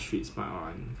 what to do